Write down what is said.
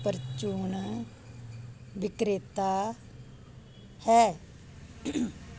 ਪ੍ਰਚੂਨ ਵਿਕਰੇਤਾ ਹੈ